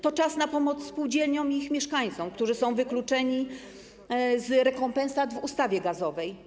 To czas na pomoc spółdzielniom i ich mieszkańcom, którzy są wykluczeni z rekompensat w ustawie gazowej.